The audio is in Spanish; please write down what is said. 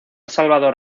salvador